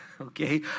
okay